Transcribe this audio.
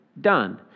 Done